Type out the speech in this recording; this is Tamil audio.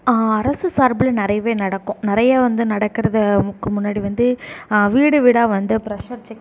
அரசு சார்பில் நிறையவே நடக்கும் நிறையா வந்து நடக்குறதுக்கு முன்னாடி வந்து வீடு வீடாக வந்து பிரஷர் செக்